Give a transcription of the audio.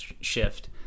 shift